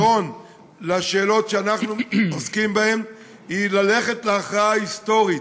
שהפתרון לשאלות שאנחנו עוסקים בהן הוא ללכת להכרעה היסטורית,